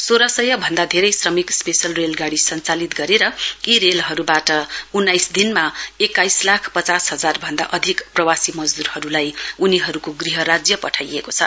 सोह्र सय भन्दा धेरै श्रमिक स्पेशल रेलगाड़ी सञ्चालित गरेर यी रेलहरूबाट उन्नाइस दिनमा एक्काइस लाख पचास हजार भन्दा अधिक प्रवासी मजदूरहरूलाई उनीहरूको गृह राज्य पठाइएको छ